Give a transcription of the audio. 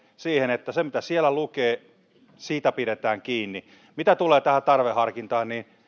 siihen että siitä mitä siellä lukee pidetään kiinni mitä tulee tähän tarveharkintaan niin